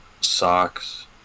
socks